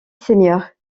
seigneur